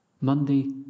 Monday